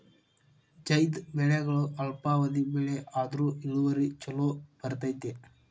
ಝೈದ್ ಬೆಳೆಗಳು ಅಲ್ಪಾವಧಿ ಬೆಳೆ ಆದ್ರು ಇಳುವರಿ ಚುಲೋ ಬರ್ತೈತಿ